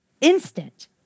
instant